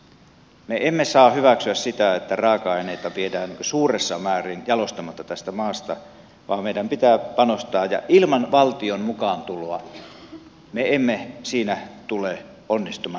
me emme saa hyväksyä sitä että raaka aineita viedään suuressa määrin jalostamatta tästä maasta vaan meidän pitää panostaa ja ilman valtion mukaantuloa me emme siinä tule onnistumaan